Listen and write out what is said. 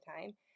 time